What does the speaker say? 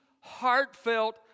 heartfelt